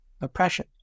oppression